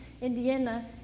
Indiana